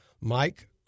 mike